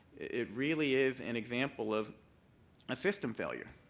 it really is an example of a system failure.